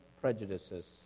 prejudices